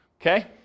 Okay